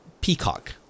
Peacock